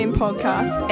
podcast